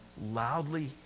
loudly